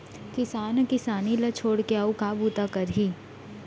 किसान ह किसानी ल छोड़ के अउ का बूता करही